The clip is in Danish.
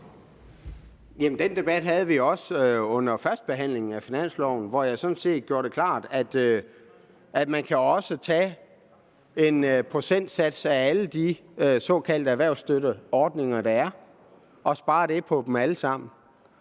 den debat havde vi jo også under førstebehandlingen af finansloven, hvor jeg sådan set gjorde det klart, at man også kan tage en procentsats af alle de såkaldte erhvervsstøtteordninger, der er, og spare lidt på dem alle sammen.